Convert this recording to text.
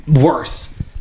worse